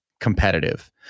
competitive